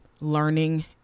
learning